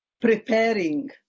preparing